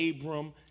Abram